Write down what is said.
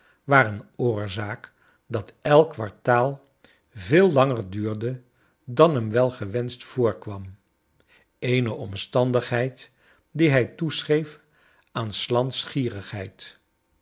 waren oorzaak dat elk kwartaal veel langer duurde dan hem wel gewenscht voorkwam eene omstandigheid die hij toeschreef aan